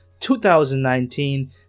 2019